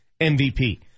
MVP